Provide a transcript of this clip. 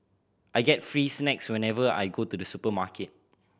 I get free snacks whenever I go to the supermarket